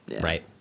Right